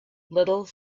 little